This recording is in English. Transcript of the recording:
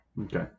Okay